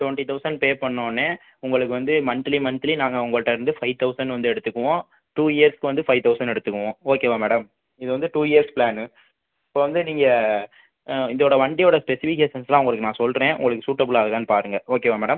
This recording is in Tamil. டுவண்ட்டி தௌசண்ட் பே பண்ண உடனே உங்களுக்கு வந்து மந்த்லி மந்த்லி நாங்கள் உங்கள்கிட்ட இருந்து ஃபைவ் தௌசண்ட் வந்து எடுத்துக்குவோம் டூ இயர்ஸ்க்கு வந்து ஃபைவ் தௌசண்ட் எடுத்துக்குவோம் ஓகேவா மேடம் இது வந்து டூ இயர்ஸ் பிளான்னு இப்போ வந்து நீங்கள் இதோட வண்டியோட ஸ்பெசிபிகேஷன்ஸ்லாம் உங்களுக்கு நான் சொல்கிறேன் உங்களுக்கு சூட்டபிள் ஆகுதான்னு பாருங்கள் ஓகேவா மேடம்